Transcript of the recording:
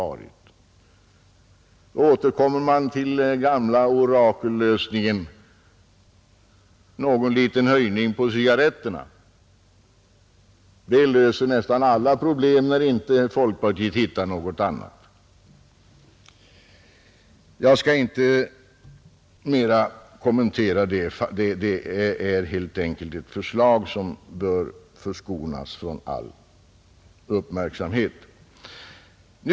Då återkommer den gamla orakellösningen: någon liten höjning av skatten på cigarretterna löser nästan alltid problemet när folkpartiet inte hittar någon annan utväg. Jag skall inte kommentera det förslaget mera, helt enkelt därför att det bör förskonas från all uppmärksamhet.